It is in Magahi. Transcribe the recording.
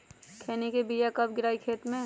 खैनी के बिया कब गिराइये खेत मे?